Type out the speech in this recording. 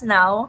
now